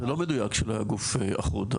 זה לא מדויק שלא היה גוף אחוד.